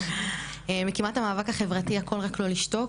אני מקימת המאבק החברתי "הכול רק לא לשתוק",